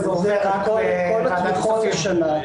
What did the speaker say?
וזה עובר רק בוועדת הכספים.